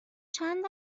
چند